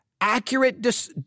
accurate